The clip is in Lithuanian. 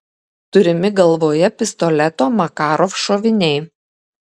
turimi galvoje pistoleto makarov šoviniai